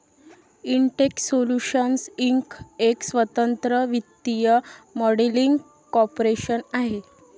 Intex solutions inc एक स्वतंत्र वित्तीय मॉडेलिंग कॉर्पोरेशन आहे